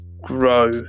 grow